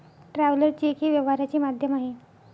traveller cheque हे व्यवहाराचे माध्यम आहे